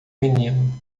menino